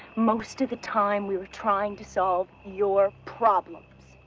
most of the time, we were trying to solve your problems.